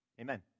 Amen